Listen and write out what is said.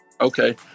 Okay